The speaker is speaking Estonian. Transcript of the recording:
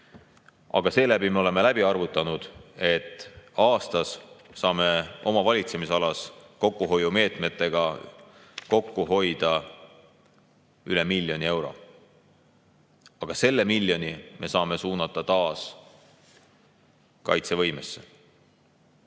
varem. Oleme välja arvutanud, et aastas saame seeläbi oma valitsemisalas kokkuhoiumeetmetega kokku hoida üle miljoni euro. Aga selle miljoni me saame suunata taas kaitsevõimesse.